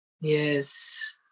yes